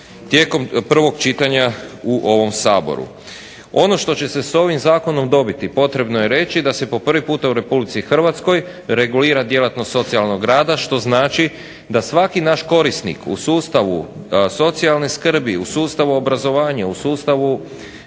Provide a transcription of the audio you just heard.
tijekom prvog čitanja u ovom Saboru. Ovo što će se s ovim Zakonom dobiti potrebno je reći da se po prvi puta u Republici Hrvatskoj regulira djelatnost socijalnog rada što znači da svaki naš korisnik u sustavu socijalne skrbi, u sustavu obrazovanja, u sustavu